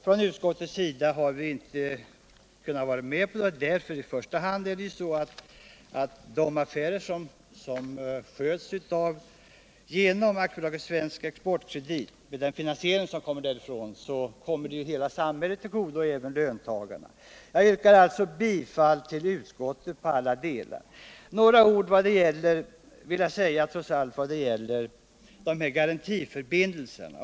Utskottsmajoriteten har inte kunnat gå med på detta. Beträffande de affärer vilkas finansiering sker genom AB Svensk Exportkredit kan man ju säga att de kommer hela samhället till godo och således även löntagarna. Jag yrkar alltså på alla punkter bifall till utskottets hemställan. Jag vill också säga några ord om garantiförbindelserna.